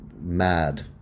Mad